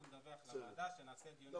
אנחנו נדווח לוועדה כשנעשה דיון --- בסדר,